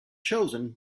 chosen